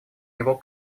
него